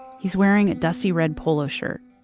he's wearing a dusty red polo shirt,